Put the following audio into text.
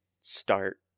start